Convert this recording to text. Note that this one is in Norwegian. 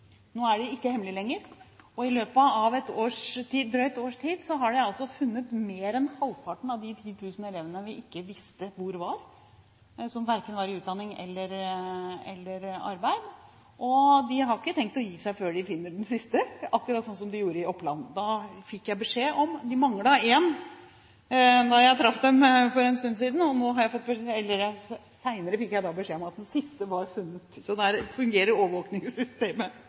lenger. I løpet av et drøyt års tid har de altså funnet flere enn halvparten av de 10 000 elevene vi ikke visste hvor var, som var verken i utdanning eller i arbeid, og de har ikke tenkt å gi seg før de finner den siste, akkurat sånn som de gjorde i Oppland. Jeg fikk beskjed om at de manglet én da jeg traff dem for en stund siden, og senere fikk jeg beskjed om at den siste var funnet, så der fungerer